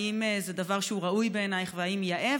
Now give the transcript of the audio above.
האם זה דבר שהוא ראוי בעינייך והאם יאה?